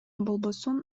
болбосун